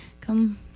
come